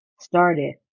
started